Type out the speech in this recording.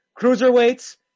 Cruiserweights